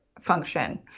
function